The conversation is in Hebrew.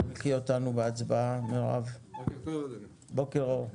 כבדי אותנו בהצבעה מירב, בוקר אור.